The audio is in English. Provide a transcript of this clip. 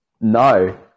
No